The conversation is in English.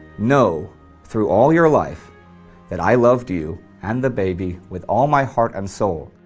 know through all your life that i loved you and the baby with all my heart and soul,